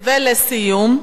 ולסיום.